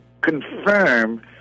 confirm